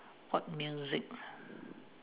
what music